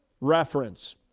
reference